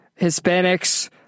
Hispanics